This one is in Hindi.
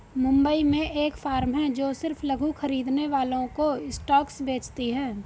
मुंबई में एक फार्म है जो सिर्फ लघु खरीदने वालों को स्टॉक्स बेचती है